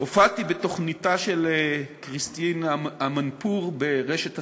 הופעתי בתוכניתה של כריסטיאן אמנפור ברשת CNN,